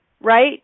right